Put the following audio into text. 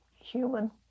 human